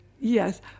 Yes